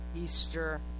Easter